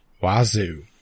Wazoo